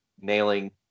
nailing